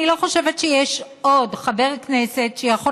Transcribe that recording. אני לא חושבת שיש עוד חבר כנסת שיכול